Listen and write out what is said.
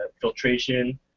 filtration